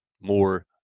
more